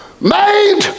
Made